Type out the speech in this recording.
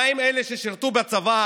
מה עם אלה ששירתו בצבא,